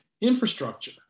infrastructure